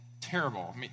terrible